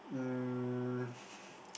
um